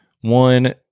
one